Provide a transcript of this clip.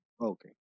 okay